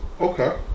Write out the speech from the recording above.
Okay